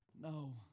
No